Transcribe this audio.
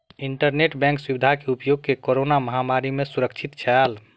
internet bank सुविधा के उपयोग कोरोना महामारी में सुरक्षित छल